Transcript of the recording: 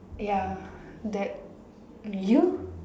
ya that you